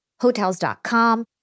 Hotels.com